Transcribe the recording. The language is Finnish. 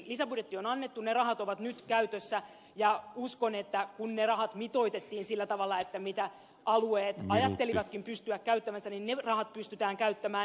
lisäbudjetti on annettu ne rahat ovat nyt käytössä ja uskon että kun ne rahat mitoitettiin sillä tavalla mitä alueet ajattelivatkin pystyvänsä käyttämään niin ne rahat pystytään käyttämään